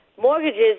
Mortgages